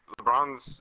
LeBron's